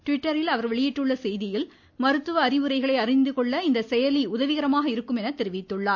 ட்விட்டரில் இன்று அவர் வெளியிட்டுள்ள செய்தியில் மருத்துவ அறிவுரைகளை அறிந்துகொள்ள இந்த செயலி உதவிகரமாக இருக்கும் என கூறியுள்ளார்